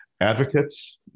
advocates